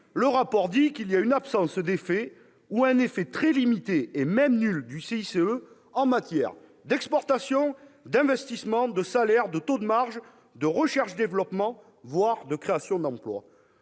le rapport souligne « qu'il y a une absence d'effet ou un effet très limité, et même nul, du CICE en matière d'exportations, d'investissements, de salaires, de taux de marge, de recherche-développement, voire de création d'emploi